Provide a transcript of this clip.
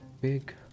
big